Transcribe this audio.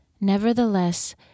Nevertheless